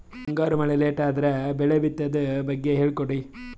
ಮುಂಗಾರು ಮಳೆ ಲೇಟ್ ಅದರ ಬೆಳೆ ಬಿತದು ಬಗ್ಗೆ ಹೇಳಿ ಕೊಡಿ?